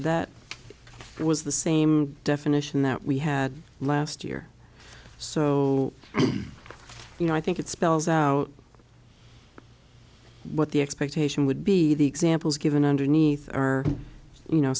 it was the same definition that we had last year so you know i think it spells out what the expectation would be the examples given underneath are you know